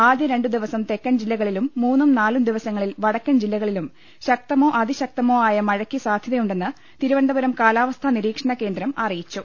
ആദ്യ രണ്ടുദിവസം തെക്കൻ ജില്ലകളിലും മൂന്നും നാലും ദിവസങ്ങളിൽ വടക്കൻ ജില്ലകളിലും ശക്തമോ അതിശക്തമോ ആയ മഴക്ക് സാധ്യതയുണ്ടെന്ന് തിരുവനന്തപുരം കാലാവസ്ഥാ നിരീക്ഷണ കേന്ദ്രം അറി യിച്ചു